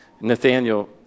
Nathaniel